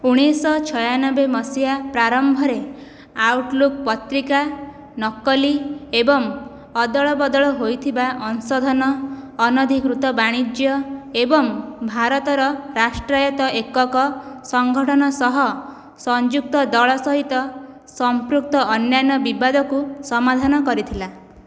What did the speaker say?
ଉଣେଇଶିଶହ ଛୟାନବେ ମସିହା ପ୍ରାରମ୍ଭରେ ଆଉଟ୍ଲୁକ୍ ପତ୍ରିକା ନକଲି ଏବଂ ଅଦଳବଦଳ ହୋଇଥିବା ଅଂଶଧନ ଅନଧିକୃତ ବାଣିଜ୍ୟ ଏବଂ ଭାରତର ରାଷ୍ଟ୍ରାୟତ୍ତ ଏକକ ସଂଗଠନ ସହ ସଂଯୁକ୍ତ ଦଳ ସହିତ ସମ୍ପୃକ୍ତ ଅନ୍ୟାନ୍ୟ ବିବାଦକୁ ସମାଧାନ କରିଥିଲା